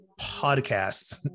podcasts